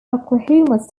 oklahoma